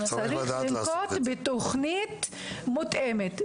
צריך לנקוט בתוכנית מותאמת.